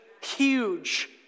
Huge